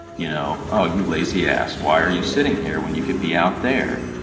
you know, oh, you lazy ass. why are you sitting here when you could be out there?